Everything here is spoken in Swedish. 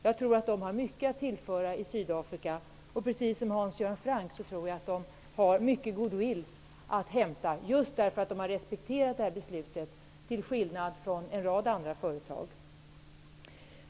Jag tror att de har mycket att tillföra i Sydafrika. Jag tror, precis som Hans Göran Franck, att företagen har mycket goodwill att hämta just för att de har respekterat beslutet, till skillnad från en rad andra företag.